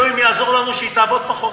הלוואי שאלוהים יעזור לנו שהיא תעבוד פחות.